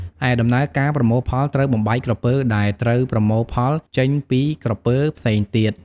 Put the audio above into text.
ឯដំណើរការប្រមូលផលត្រូវបំបែកក្រពើដែលត្រូវប្រមូលផលចេញពីក្រពើផ្សេងទៀត។